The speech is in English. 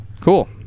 cool